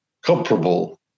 comparable